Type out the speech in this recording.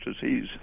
disease